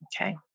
Okay